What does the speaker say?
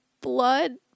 blood